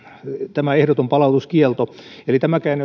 tämä ehdoton palautuskielto tämäkään